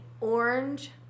Orange